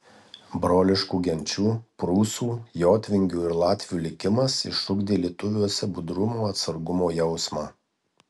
broliškų genčių prūsų jotvingių ir latvių likimas išugdė lietuviuose budrumo atsargumo jausmą